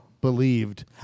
Believed